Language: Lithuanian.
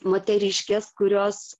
moteriškės kurios